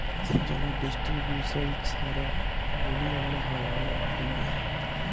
জলের ডিস্টিরিবিউশল ছারা দুলিয়াল্লে হ্যয় অলেক থ্যাইকে